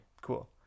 Cool